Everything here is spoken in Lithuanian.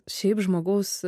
šiaip žmogaus